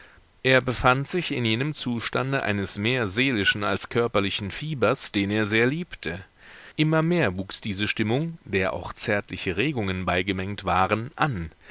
er befand sich in jenem zustande eines mehr seelischen als körperlichen fiebers den er sehr liebte immer mehr wuchs diese stimmung der auch zärtliche regungen beigemengt waren an